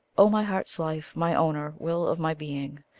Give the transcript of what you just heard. oh my heart's life, my owner, will of my being!